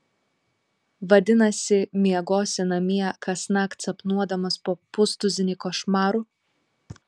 vadinasi miegosi namie kasnakt sapnuodamas po pustuzinį košmarų